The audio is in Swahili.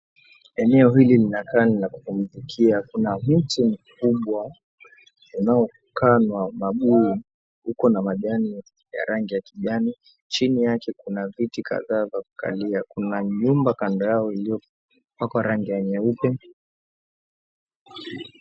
Eneo hili linakaa ni la kupumzikia. Kuna mti mkubwa unao kaa ni wamabuyu. Uko na majani ya rangi ya kijani, chini yake kuna viti kadhaa vya kukalia. Kuna nyumba kando yao iliyopakwa rangi ya nyeupe.